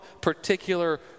particular